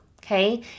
okay